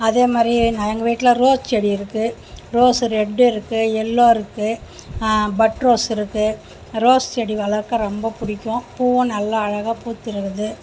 அதேமாதிரி எங்கள் வீட்டில் ரோஸ் செடி இருக்கு ரோஸ் ரெட்டு இருக்கு எல்லோ இருக்கு பட்ரோஸ் இருக்கு ரோஸ் செடி வளர்க்க ரொம்ப பிடிக்கும் பூவும் நல்ல அழகாக பூத்துயிருக்குது